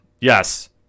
Yes